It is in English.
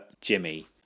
Jimmy